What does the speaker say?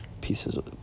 pieces